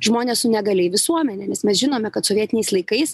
žmones su negalia į visuomenėmis mes žinome kad sovietiniais laikais